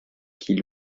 qui